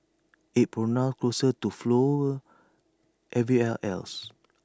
IT pronounced closer to 'flower' everywhere else